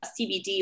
CBD